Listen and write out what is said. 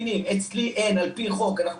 אצלי אין על פי חוק מכירה לקטינים,